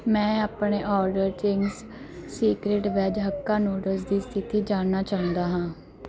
ਮੈਂ ਆਪਣੇ order Ching's Secret veg hakka noodles ਦੀ ਸਥਿਤੀ ਜਾਣਨਾ ਚਾਹੁੰਦਾ ਹਾਂ